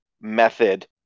method